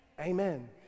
Amen